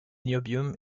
niobium